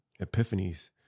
epiphanies